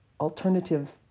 alternative